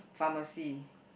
pharmacy